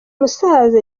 musaza